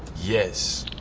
yes.